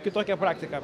kitokią praktiką